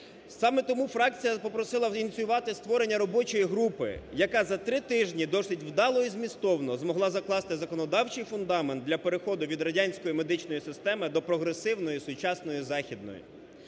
Саме тому фракція попросила ініціювати створення робочої групи, яка за три тижні досить вдало і змістовно змогла закласти законодавчий фундамент для переходу від радянської медичної системи до прогресивної сучасної західної.